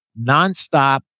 nonstop